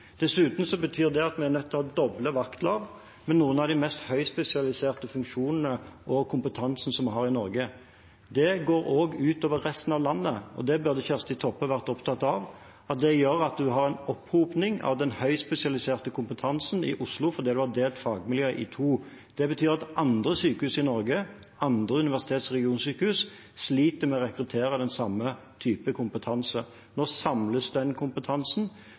Dessuten betyr det at vi er nødt til å ha doble vaktlag, med noen av de mest høyspesialiserte funksjonene og den mest høyspesialiserte kompetansen vi har i Norge. Det går også ut over resten av landet – og det burde Kjersti Toppe vært opptatt av – for det gjør at en har en opphopning av den høyspesialiserte kompetansen i Oslo fordi en har delt fagmiljøet i to. Det betyr at andre sykehus i Norge, andre universitets- og regionsykehus, sliter med å rekruttere den samme typen kompetanse. Nå samles den kompetansen.